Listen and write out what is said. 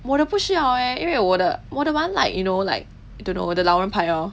我的不需要 eh 因为我的我的满 like you know like don't know the 老人牌 lor